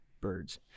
birds